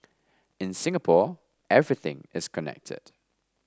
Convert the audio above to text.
in Singapore everything is connected